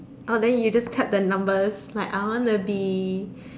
oh then you just tap the numbers like I want to be